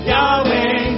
Yahweh